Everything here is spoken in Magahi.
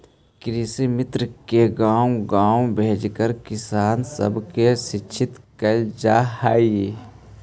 कृषिमित्र के गाँव गाँव भेजके किसान सब के शिक्षित कैल जा हई